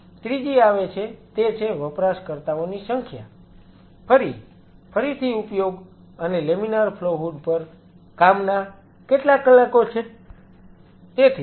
ત્રીજી આવે છે તે છે વપરાશકર્તાઓની સંખ્યા ફરી ફરીથી ઉપયોગ અને લેમિનાર ફ્લો હૂડ પર કામના કેટલા કલાકો છે